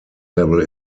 level